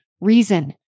reason